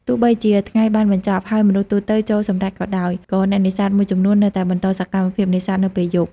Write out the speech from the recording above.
ទោះបីជាថ្ងៃបានបញ្ចប់ ហើយមនុស្សទូទៅចូលសម្រាកក៏ដោយ ក៏អ្នកនេសាទមួយចំនួននៅតែបន្តសកម្មភាពនេសាទនៅពេលយប់។